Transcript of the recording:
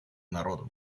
народом